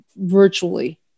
virtually